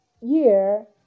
year